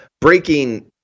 breaking